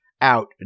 out